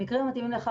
המקרים המתאימים לכך,